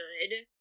good